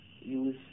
use